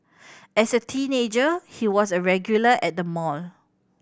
as a teenager he was a regular at the mall